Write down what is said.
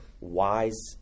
wise